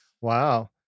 Wow